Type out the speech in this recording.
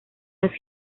las